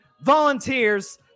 volunteers